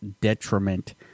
detriment